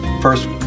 First